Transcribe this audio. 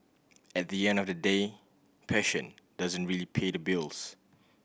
at the end of the day passion doesn't really pay the bills